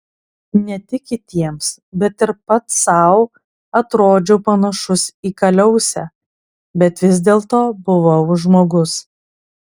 ne tik kitiems bet ir pats sau atrodžiau panašus į kaliausę bet vis dėlto buvau žmogus